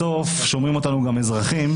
בסוף שומעים אותנו גם אזרחים.